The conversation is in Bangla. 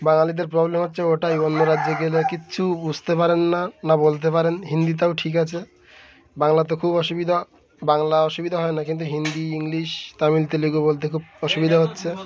বাঙালিদের প্রবলেম হচ্ছে ওটাই অন্য রাজ্যে গেলে কিচ্ছু বুঝতে পারেন না না বলতে পারেন হিন্দিটাও ঠিক আছে বাংলা তো খুব অসুবিধা বাংলা অসুবিধা হয় না কিন্তু হিন্দি ইংলিশ তামিল তেলেগু বলতে খুব অসুবিধা হচ্ছে